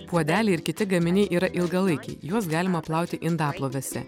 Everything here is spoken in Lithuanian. puodeliai ir kiti gaminiai yra ilgalaikiai juos galima plauti indaplovėse